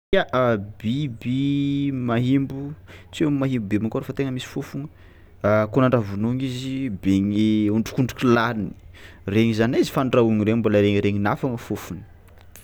Ya, a biby mahimbo tsy hoe mahimbo be mankôry fa tegna misy fôfono a kôa nandraha vonoigna izy begny ondrikondriko lany regny zany izy fa andrahoigny regny mbola regniregninà foagna fôfony.